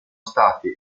stati